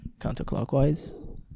counterclockwise